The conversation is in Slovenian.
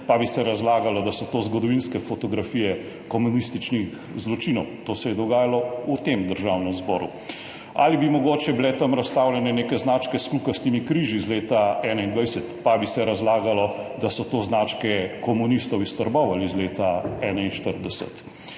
pa bi se razlagalo, da so to zgodovinske fotografije komunističnih zločinov? To se je dogajalo v tem državnem zboru. Ali bi mogoče bile tam razstavljene neke značke s kljukastimi križi iz leta 2021, pa bi se razlagalo, da so to značke komunistov iz Trbovelj iz leta 1941?